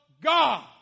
God